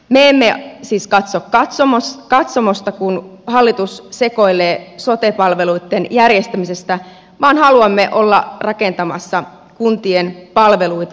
me emme siis katso katsomosta kun hallitus sekoilee sote palveluitten järjestämisessä vaan haluamme olla rakentamassa kuntien palveluita uudella tavalla